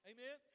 Amen